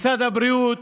משרד הבריאות